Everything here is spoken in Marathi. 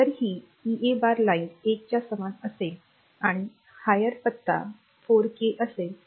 जर ही ईए बार लाइन 1 च्या समान असेल आणि कमाल पत्ता 4 के असेल